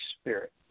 Spirit